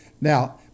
Now